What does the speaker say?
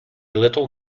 little